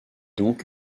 donc